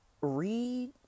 Read